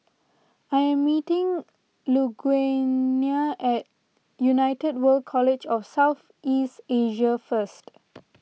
I am meeting Lugenia at United World College of South East Asia first